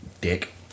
Dick